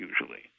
usually